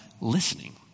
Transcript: listening